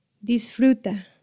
disfruta